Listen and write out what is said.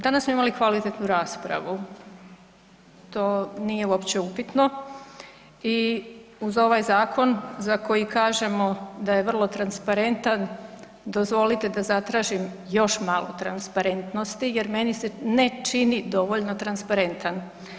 Danas smo imali kvalitetnu raspravu, to nije uopće upitno i uz ovaj zakon za koji kažemo da je vrlo transparentan, dozvolite da zatražim još malo transparentnosti jer meni se ne čini dovoljno transparentan.